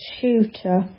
shooter